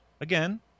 again